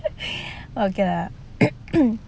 okay lah